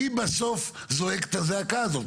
מי בסוף זועק את הזעקה הזאת?